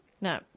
No